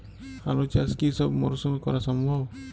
আলু চাষ কি সব মরশুমে করা সম্ভব?